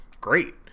great